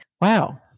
wow